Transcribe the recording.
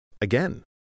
again